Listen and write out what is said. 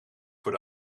voor